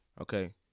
okay